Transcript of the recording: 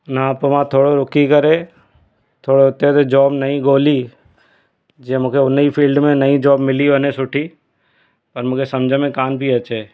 हुन खां पोइ मां थोरो रूकी करे थोरो हुते ते जॉब नई ॻोल्ही जीअं मूंखे हुनजी फील्ड में नईं जॉब मिली वञे सुठी पर मूंखे समुझ में कान पेई अचे